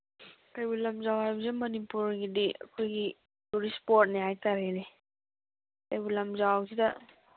ꯀꯩꯕꯨꯜ ꯂꯝꯖꯥꯎ ꯍꯥꯏꯕꯁꯤ ꯃꯅꯤꯄꯨꯔꯒꯤꯗꯤ ꯑꯩꯈꯣꯏꯒꯤ ꯇꯨꯔꯤꯁ ꯏꯁꯄꯣꯠꯅꯦ ꯍꯥꯏ ꯇꯥꯔꯦꯅꯦ ꯀꯩꯕꯨꯜ ꯂꯝꯖꯥꯎꯁꯤꯗ